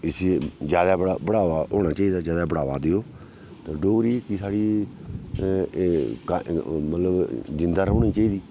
इसी ज्यादा बढ़ा बढ़ावा होना चाहिदा ज्यादा बढ़ावा देओ ते डोगरी जेह्की साढ़ी एह् मतलब जींदा रौह्नी चाहिदी